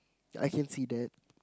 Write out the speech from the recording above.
I can see that